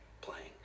playing